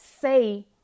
say